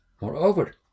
Moreover